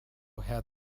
had